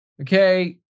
okay